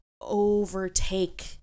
overtake